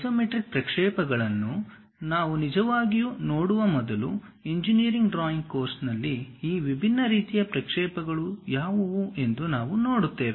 isometric ಪ್ರಕ್ಷೇಪಣಗಳನ್ನು ನಿಜವಾಗಿಯೂ ನೋಡುವ ಮೊದಲು ಇಂಜಿನಿಯರಿಂಗ್ ಡ್ರಾಯಿಂಗ್ ಕೋರ್ಸ್ನಲ್ಲಿ ಈ ವಿಭಿನ್ನ ರೀತಿಯ ಪ್ರಕ್ಷೇಪಗಳು ಯಾವುವು ಎಂದು ನಾವು ನೋಡುತ್ತೇವೆ